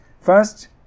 First